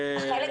השלישי.